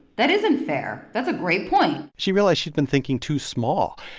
that isn't fair. that's a great point she realized she'd been thinking too small.